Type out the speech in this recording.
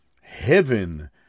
heaven